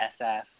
SF